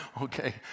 Okay